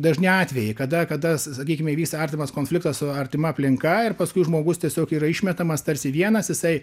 dažni atvejai kada kada sakykime įvyksta artimas konfliktas su artima aplinka ir paskui žmogus tiesiog yra išmetamas tarsi vienas jisai